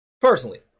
Personally